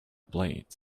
blades